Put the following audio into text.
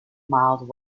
mild